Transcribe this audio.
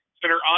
senator